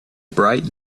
bright